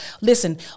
listen